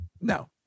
no